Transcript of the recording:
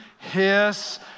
Hiss